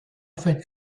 fait